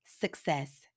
success